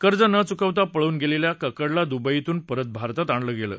कर्ज न चुकवता पळून गेलेल्या कक्कडला दुबईहून परत भारतात आणलं होतं